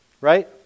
right